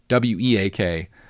weak